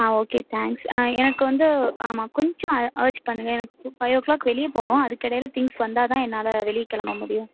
ஆ okay thanks எனக்கு வந்து ஆமாம் கொஞ்சம் அ ஆர்ஜ் பண்ணுங்கள் எனக்கு ஃபை ஓ க்ளாக் வெளியே போகணும் அதுக்கெடையில் திங்க்ஸ் வந்தால்தான் என்னால் வெளியே கிளம்ப முடியும்